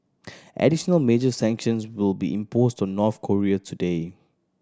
additional major sanctions will be imposed to North Korea today